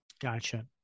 Gotcha